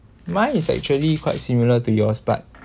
mine is actually quite similar to yours but